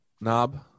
knob